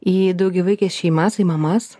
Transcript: į daugiavaikes šeimas į mamas